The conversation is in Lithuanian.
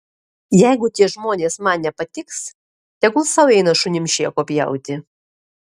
jeigu tie žmonės man nepatiks tegul sau eina šunims šėko pjauti